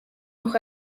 noch